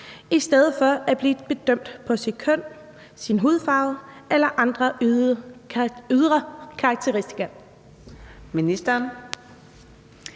i stedet for at blive bedømt på sit køn, sin hudfarve eller andre ydre karakteristika?